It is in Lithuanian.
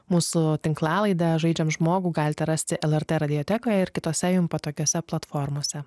mūsų tinklalaidę žaidžiam žmogų galite rasti lrtradiotekoje ir kitose jum patogiose platformose